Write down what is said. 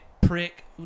prick